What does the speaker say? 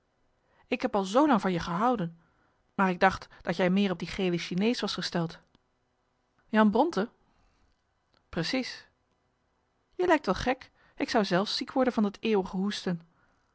ik heb al zoo lang van je gehouden maar ik dacht dat jij meer op die gele chinees was gesteld marcellus emants een nagelaten bekentenis jan bronte precies je lijkt wel gek ik zou zelf ziek worden van dat eeuwige hoesten